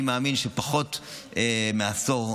אני מאמין שפחות מעשור,